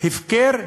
הפקר,